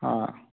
हाँ